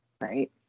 right